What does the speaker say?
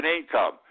income